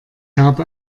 habe